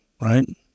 right